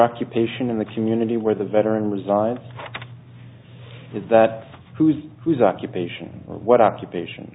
occupation in the community where the veteran resides is that whose whose occupation what occupation